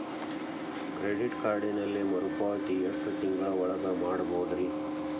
Credit ಕಾರ್ಡಿನಲ್ಲಿ ಮರುಪಾವತಿ ಎಷ್ಟು ತಿಂಗಳ ಒಳಗ ಮಾಡಬಹುದ್ರಿ?